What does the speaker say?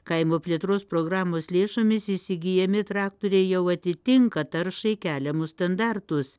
kaimo plėtros programos lėšomis įsigyjami traktoriai jau atitinka taršai keliamus standartus